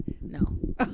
No